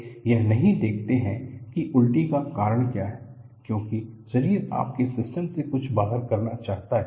वे यह नहीं देखते हैं कि उल्टी का कारण क्या है क्योंकि शरीर आपके सिस्टम से कुछ बाहर करना चाहता है